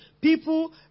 people